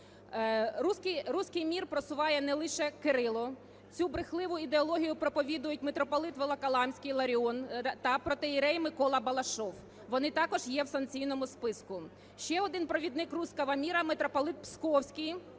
"Русский мир" просуває не лише Кирило. Цю брехливу ідеологію проповідують митрополит Волоколамський Іларіон та протоієрей Микола Балашов. Вони також є в санкційному списку. Ще один провідник "русского мира" митрополит Псковський